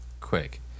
quick